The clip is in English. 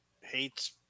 hates